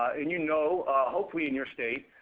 and you know hopefully in your state,